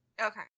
Okay